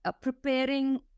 preparing